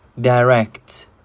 direct